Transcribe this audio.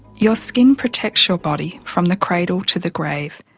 your skin protects your body from the cradle to the grave,